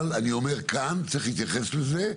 אבל כאן צריך להתייחס לזה כקופסה,